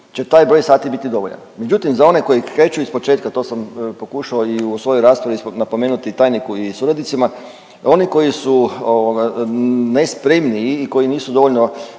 će taj broj sati biti dovoljan. Međutim, za one koji kreću ispočetka, to sam pokušao i u svojoj raspravi napomenuti i tajniku i suradnicima, oni koji su nespremniji i koji nisu dovoljno